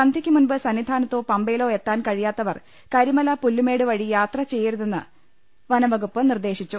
സന്ധ്യയ്ക്ക് മുൻപ് സന്നിധാനത്തോ പമ്പയിലോ എത്താൻ കഴിയാത്തവർ കരിമല പുല്ലുമേട് വഴി യാത്ര ചെയ്യരുതെന്ന് വനം വകുപ്പ് നിർദ്ദേശിച്ചു